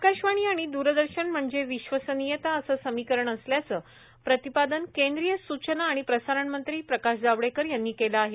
आकाश्वाणी आणि द्रदर्शन म्हणजे विश्वसनियता असं समीकरण असल्याचं प्रतिपादन केंद्रीय सूचना आणि प्रसारणमंत्री प्रकाश्व जावडेकर यांनी केलं आहे